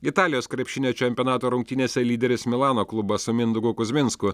italijos krepšinio čempionato rungtynėse lyderis milano klubas su mindaugu kuzminsku